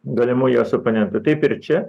galimų jos oponentų taip ir čia